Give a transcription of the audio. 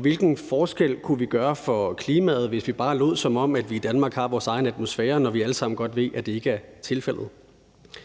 Hvilken forskel kunne vi gøre for klimaet, hvis vi bare lod, som om vi i Danmark har vores egen atmosfære, når vi alle sammen godt ved, at det ikke er tilfældet?